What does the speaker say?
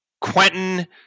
Quentin